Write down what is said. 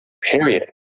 period